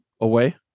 away